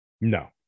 No